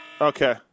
Okay